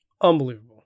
Unbelievable